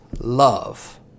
love